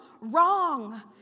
wrong